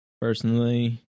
personally